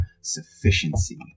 sufficiency